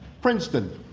princeton.